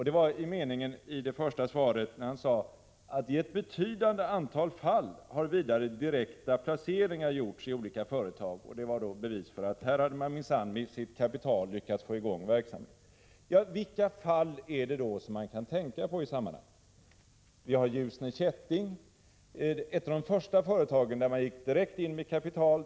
Det var i svaret på min fråga när han sade: ”I ett betydande antal fall har vidare direkta placeringar gjorts i olika företag.” Detta var bevis för att man minsann med sitt kapital lyckats få i gång verksamheter. Vilka fall är det då som man kan tänka på i detta sammanhang? Ljusne Kätting var ett av de första företag där man direkt gick in med kapital.